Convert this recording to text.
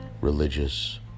religious